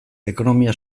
ekonomia